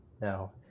now